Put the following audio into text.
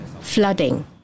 flooding